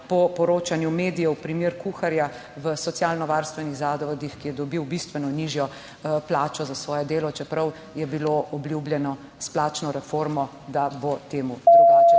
po poročanju medijev primer kuharja v socialno varstvenih zavodih, ki je dobil bistveno nižjo plačo za svoje delo, čeprav je bilo obljubljeno, s plačno reformo. Da bo temu drugače.